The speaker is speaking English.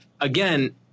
again